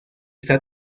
está